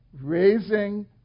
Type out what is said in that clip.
raising